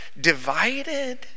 divided